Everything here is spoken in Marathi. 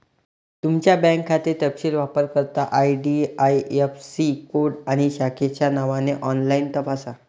तुमचा बँक खाते तपशील वापरकर्ता आई.डी.आई.ऍफ़.सी कोड आणि शाखेच्या नावाने ऑनलाइन तपासा